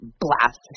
blast